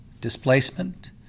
displacement